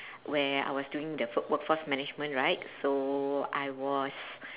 where I was doing the work work force management right so I was